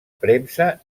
premsa